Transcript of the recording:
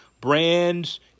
Brands